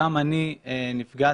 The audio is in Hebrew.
גם אני נפגעתי.